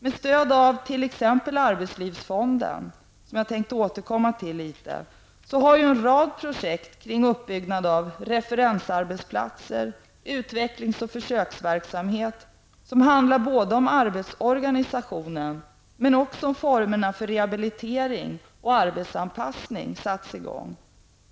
Med stöd av t.ex. arbetslivsfonden, som jag återkommer till, har man startat en rad projekt för uppbyggnad av referensarbetsplatser samt utvecklings och försöksverksamhet som handlar både om arbetsorganisationen och om formerna för rehabilitering och arbetsanpassning.